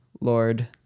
Lord